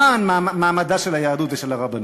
למען מעמדה של היהדות ושל הרבנות.